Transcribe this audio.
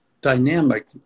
dynamic